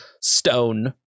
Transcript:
stone